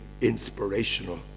inspirational